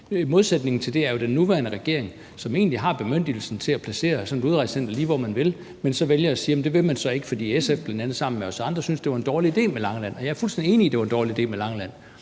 I modsætning til det er der jo den nuværende regering, som egentlig har bemyndigelsen til at placere sådan et udrejsecenter, lige hvor man vil, men så vælger at sige, at det vil man ikke, fordi bl.a. SF sammen med os andre syntes, det var en dårlig idé med Langeland. Jeg er fuldstændig enig i, at det var en dårlig idé med Langeland,